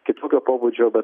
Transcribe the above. kitokio pobūdžio bet